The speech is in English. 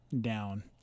down